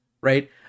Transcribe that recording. right